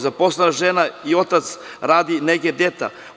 Zaposlena žena i otac radi nege deteta.